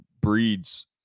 breeds